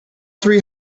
three